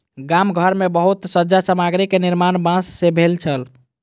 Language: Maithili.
गाम घर मे बहुत सज्जा सामग्री के निर्माण बांस सॅ भेल छल